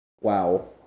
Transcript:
Wow